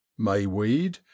Mayweed